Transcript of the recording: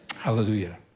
Hallelujah